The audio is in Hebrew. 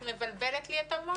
את מבלבלת לי את המוח.